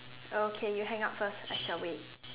okay you hang up first I shall wait